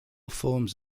forms